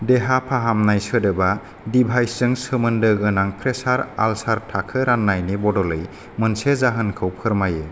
देहा फाहामनाय सोदोबआ डिभाइसजों सोमोन्दो गोनां प्रेसार आलसार थाखो राननायनि बदलै मोनसे जाहोनखौ फोरमायो